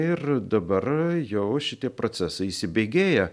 ir dabar jau šitie procesai įsibėgėję